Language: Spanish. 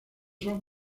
son